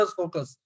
focus